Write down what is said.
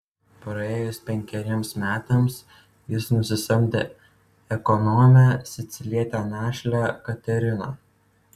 praėjus penkeriems metams jis nusisamdė ekonomę sicilietę našlę kateriną